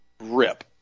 rip